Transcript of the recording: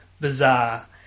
bizarre